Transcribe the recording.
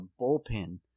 bullpen